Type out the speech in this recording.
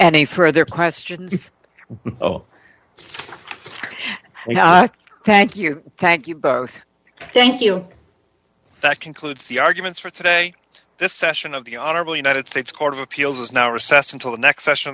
a further question oh thank you thank you both thank you that concludes the arguments for today this session of the honorable united states court of appeals is now recess until the next session